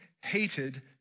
hated